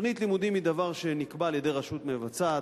תוכנית לימודים היא דבר שנקבע על-ידי רשות מבצעת,